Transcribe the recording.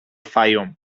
fayoum